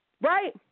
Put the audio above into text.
Right